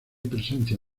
presencia